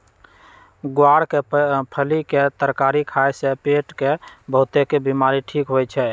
ग्वार के फली के तरकारी खाए से पेट के बहुतेक बीमारी ठीक होई छई